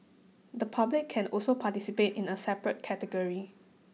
the public can also participate in a separate category